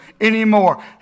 anymore